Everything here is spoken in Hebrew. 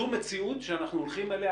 זו מציאות שאנחנו הולכים אליה.